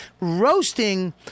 roasting